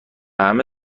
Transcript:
همه